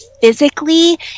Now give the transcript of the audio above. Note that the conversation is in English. physically